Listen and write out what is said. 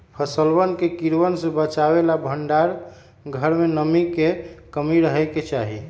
फसलवन के कीड़वन से बचावे ला भंडार घर में नमी के कमी रहे के चहि